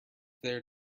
there